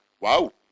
Wow